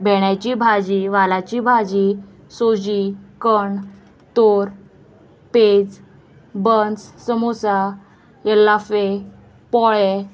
भेंड्याची भाजी वालाची भाजी सोजी कण तोर पेज बन्स समोसा येलाफे पोळे